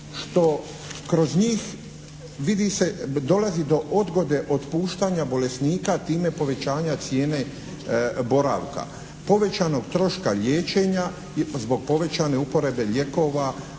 što kroz njih vidi se dolazi do odgode otpuštanja bolesnika, a time i povećanja cijene boravka. Povećanog troška liječenja zbog povećane uporabe lijekova